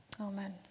Amen